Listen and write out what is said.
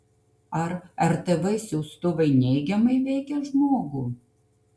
ar rtv siųstuvai neigiamai veikia žmogų